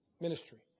ministry